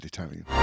Italian